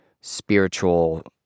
spiritual